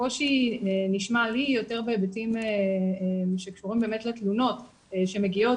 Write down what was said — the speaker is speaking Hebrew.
הקושי נשמע לי יותר בהיבטים שקשורים לתלונות שמגיעות